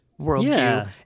worldview